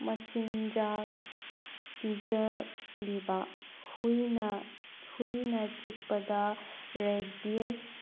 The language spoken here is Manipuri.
ꯃꯆꯤꯟꯆꯥꯛ ꯄꯤꯖꯕꯤꯕ ꯍꯨꯏꯅ ꯍꯨꯏꯅ ꯆꯤꯛꯄꯗ ꯔꯦꯕꯤꯁ